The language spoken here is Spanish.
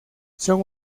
son